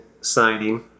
signing